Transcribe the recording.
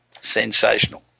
sensational